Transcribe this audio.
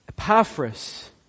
Epaphras